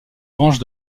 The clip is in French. branche